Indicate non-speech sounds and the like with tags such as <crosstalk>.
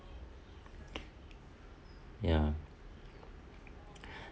ya <breath>